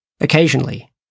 Occasionally